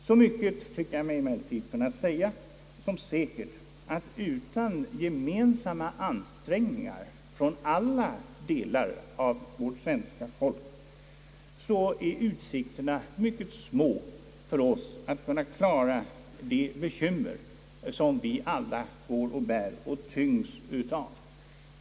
Så mycket tror jag mig emellertid kunna anse som säkert, att utan gemensamma ansträngningar från alla delar av vårt svenska folk är utsikterna mycket små för oss att kunna klara de bekymmer som vi alla går och bär på och tyngs av.